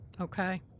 Okay